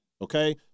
okay